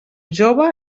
jove